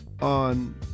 on